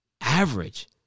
Average